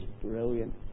brilliant